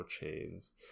chains